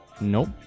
nope